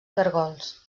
caragols